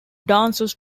dancers